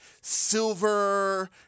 silver